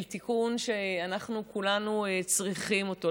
אל תיקון שאנחנו כולנו צריכים אותו.